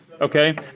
Okay